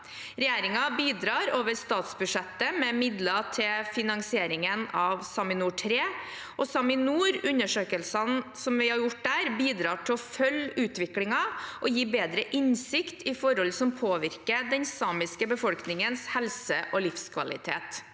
Regjeringen bidrar over statsbudsjettet med midler til finansieringen av SAMINOR 3. SAMINOR-undersøkelsene vi har gjort der, bidrar til å følge utviklingen og gir bedre innsikt i forhold som påvirker den samiske befolkningens helse og livskvalitet.